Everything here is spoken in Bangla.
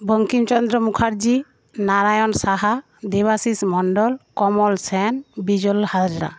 বঙ্কিমচন্দ্র মুখার্জী নারায়ণ সাহা দেবাশীষ মন্ডল কমল সেন বিজল হাজরা